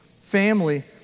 family